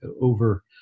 over